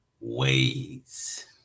ways